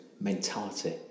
mentality